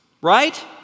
Right